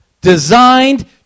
designed